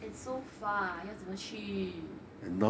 and so far 要怎么去